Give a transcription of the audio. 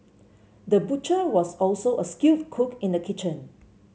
the butcher was also a skilled cook in the kitchen